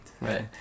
Right